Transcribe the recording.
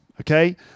Okay